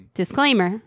disclaimer